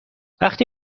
وقتی